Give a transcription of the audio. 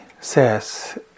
says